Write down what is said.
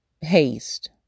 haste